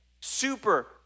super